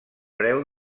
preu